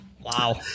Wow